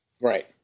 Right